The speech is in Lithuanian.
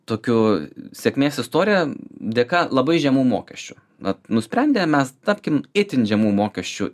tokiu sėkmės istorija dėka labai žemų mokesčių vat nusprendė mes tapkim itin žemų mokesčių